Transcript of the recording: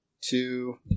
two